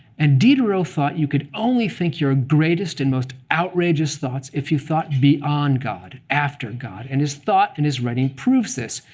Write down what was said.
and diderot thought you could only think your greatest and most outrageous thoughts if you thought beyond god, after god. and his thought and his writing proves this.